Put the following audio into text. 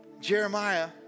Jeremiah